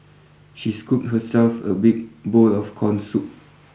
she scooped herself a big bowl of corn soup